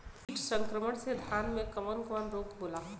कीट संक्रमण से धान में कवन कवन रोग होला?